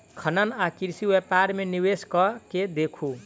खनन आ कृषि व्यापार मे निवेश कय के देखू